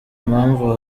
impamvu